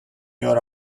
your